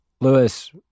Lewis